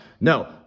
No